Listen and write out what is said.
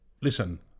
Listen